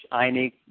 eine